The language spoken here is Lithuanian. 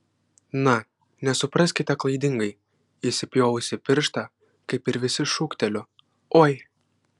na nesupraskite klaidingai įsipjovusi pirštą kaip ir visi šūkteliu oi